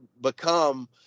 become